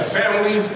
family